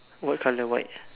what colour white